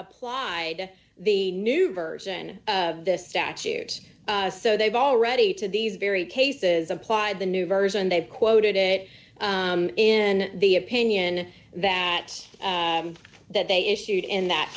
applied the new version of this statute so they've already to these very cases apply the new version they've quoted it in the opinion that that they issued in that